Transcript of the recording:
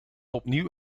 opnieuw